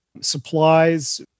supplies